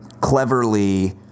cleverly